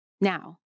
Now